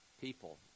people